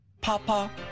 Papa